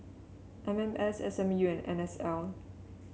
M M S S M U and N S L